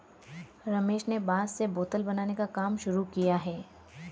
रमेश ने बांस से बोतल बनाने का काम शुरू किया है